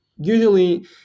Usually